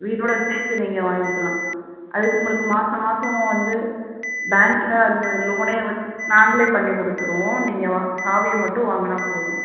வீட்டோட சேர்த்து நீங்கள் வாங்கிக்கலாம் அதுக்கு உங்களுக்கு மாதம் மாதம் வந்து பேங்க்கில் அந்த லோனே வச்சு நாங்களே பண்ணி கொடுத்துருவோம் நீங்கள் வா சாவியை மட்டும் வாங்கினா போதும்